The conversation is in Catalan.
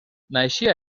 naixia